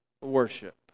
worship